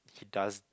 he does